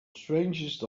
strangest